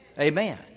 Amen